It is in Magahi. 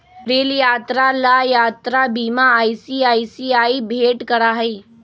रेल यात्रा ला यात्रा बीमा आई.सी.आई.सी.आई भेंट करा हई